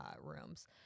rooms